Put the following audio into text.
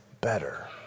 better